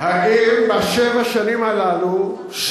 האם בשבע שנים הללו,